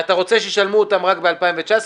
אנחנו יוצאים לפגרת בחירות,